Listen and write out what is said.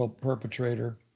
perpetrator